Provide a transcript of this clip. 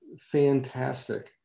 fantastic